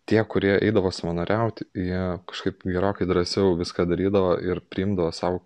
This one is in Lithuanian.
tie kurie eidavo savanoriaut jie kažkaip gerokai drąsiau viską darydavo ir priimdavo sau